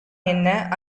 என்ன